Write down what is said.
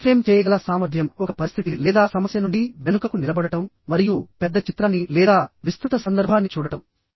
reframe చేయగల సామర్థ్యంః ఒక పరిస్థితి లేదా సమస్య నుండి వెనుకకు నిలబడటం మరియు పెద్ద చిత్రాన్ని లేదా విస్తృత సందర్భాన్ని చూడటం